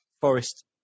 Forest